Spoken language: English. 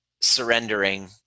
surrendering